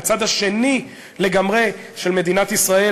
בצד השני לגמרי של מדינת ישראל,